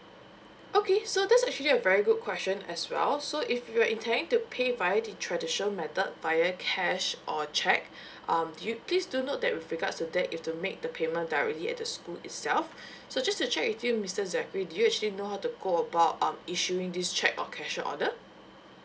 okay so that's actually a very good question as well so if you are intending to pay via the traditional method via cash or cheque um do you please do note that with regards to that you've to make the payment directly at the school itself so just to check with you mister zachary do you actually know how to go about um issuing this cheque or cashier order